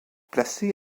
placée